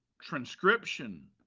transcription